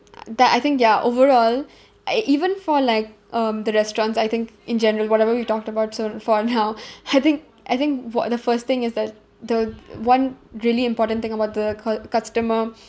that I think ya overall like even for like um the restaurants I think in general whatever we talked about so for now I think I think wha~ the first thing is that the one really important thing about the cu~ customer